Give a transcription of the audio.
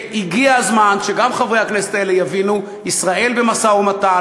והגיע הזמן שגם חברי הכנסת האלה יבינו: ישראל במשא-ומתן,